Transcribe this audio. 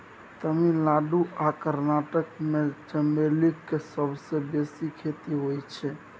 तमिलनाडु आ कर्नाटक मे चमेलीक सबसँ बेसी खेती होइ छै